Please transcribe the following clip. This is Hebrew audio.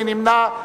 מי נמנע?